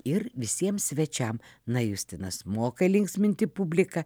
ir visiems svečiam na justinas moka linksminti publiką